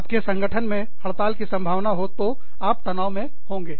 आपके संगठन में हड़ताल की संभावना हो तो आप तनाव में होंगे